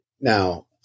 Now